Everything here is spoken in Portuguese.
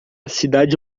cidade